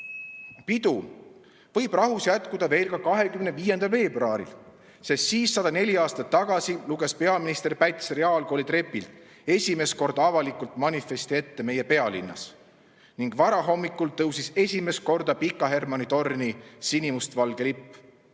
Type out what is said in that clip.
Pidu võib rahus jätkuda ka 25. veebruaril, sest siis, 104 aastat tagasi, luges peaminister Päts reaalkooli trepil esimest korda avalikult manifesti ette meie pealinnas ning varahommikul tõusis esimest korda Pika Hermanni torni sinimustvalge lipp.